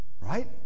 Right